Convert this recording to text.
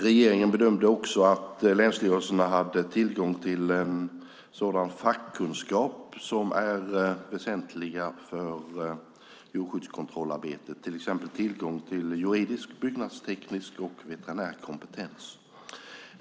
Regeringen bedömde också att länsstyrelserna hade tillgång till sådana fackkunskaper som är väsentliga för djurskyddskontrollarbetet, till exempel tillgång till juridisk, byggnadsteknisk och veterinär kompetens.